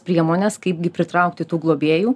priemones kaipgi pritraukti tų globėjų